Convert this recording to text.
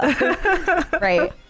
right